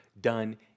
done